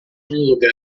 lugar